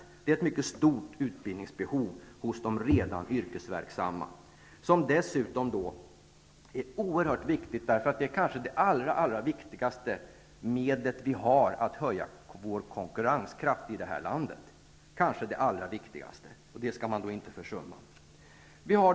Det finns ett mycket stort utbildningsbehov hos de redan yrkesverksamma. Det är kanske det allra viktigaste medlet vi i detta land har för att öka vår konkurrenskraft, och det skall man inte försumma.